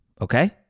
Okay